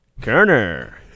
Kerner